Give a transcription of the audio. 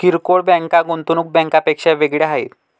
किरकोळ बँका गुंतवणूक बँकांपेक्षा वेगळ्या आहेत